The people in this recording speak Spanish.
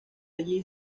allí